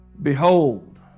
Behold